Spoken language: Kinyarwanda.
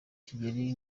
kigeli